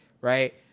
Right